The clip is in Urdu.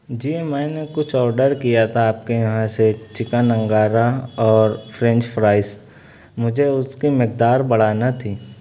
جی میں نے کچھ آڈر کیا تھا آپ کے یہاں سے چکن انگارہ اور فرینچ فرائز مجھے اس کی مقدار بڑھانا تھی